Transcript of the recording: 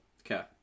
Okay